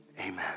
amen